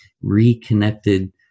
reconnected